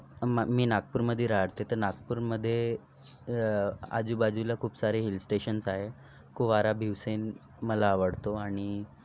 मी नागपूरमध्ये राहते तर नागपूरमध्ये आजुबाजूला खूप सारे हिलस्टेशन्स आहे कुंवारा भिवसेन मला आवडतो आणि